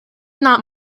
not